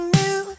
new